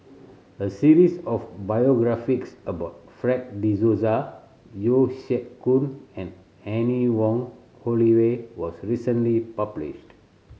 a series of biographies about Fred De Souza Yeo Siak Goon and Anne Wong Holloway was recently published